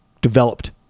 developed